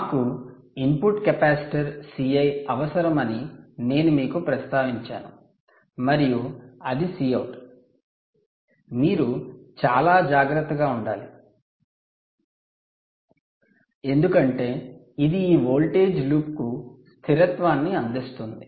మాకు input capacitor Ci అవసరమని నేను మీకు ప్రస్తావించాను మరియు అది Cout మీరు చాలా జాగ్రత్తగా ఉండాలి ఎందుకంటే ఇది ఈ వోల్టేజ్ లూప్ కు స్థిరత్వాన్ని అందిస్తుంది